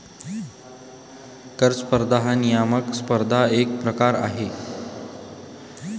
कर स्पर्धा हा नियामक स्पर्धेचा एक प्रकार आहे